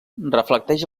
reflecteix